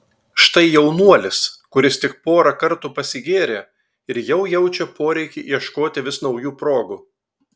štai jaunuolis kuris tik porą kartų pasigėrė ir jau jaučia poreikį ieškoti vis naujų progų